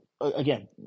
again